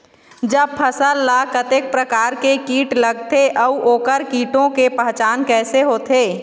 जब फसल ला कतेक प्रकार के कीट लगथे अऊ ओकर कीटों के पहचान कैसे होथे?